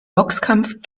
boxkampf